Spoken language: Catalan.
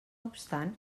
obstant